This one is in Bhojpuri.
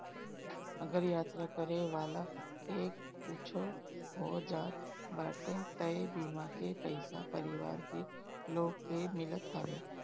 अगर यात्रा करे वाला के कुछु हो जात बाटे तअ बीमा के पईसा परिवार के लोग के मिलत हवे